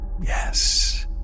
Yes